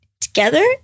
together